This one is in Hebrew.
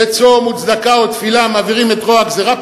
וצום וצדקה ותפילה מעבירים את רוע הגזירה,